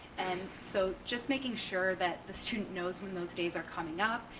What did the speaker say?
and so just making sure that the student knows when those days are coming up,